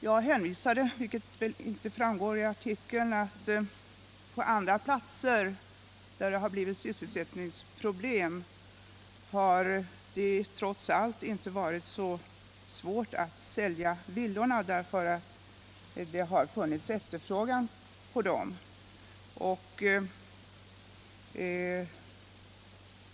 Jag hänvisade — vilket inte framgår av artikeln — till att det på andra platser där det uppstått sysselsättningsproblem trots allt inte varit svårt att sälja villorna; det har funnits efterfrågan på dem.